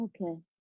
Okay